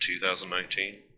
2019